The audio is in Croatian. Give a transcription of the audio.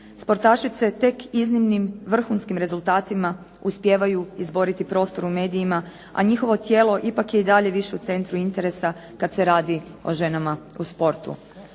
Sportašice tek iznimnim vrhunskim rezultatima uspijevaju izboriti prostor u medijima, a njihovo tijelo ipak je i dalje više u centru interesa kad se radi o ženama u sportu.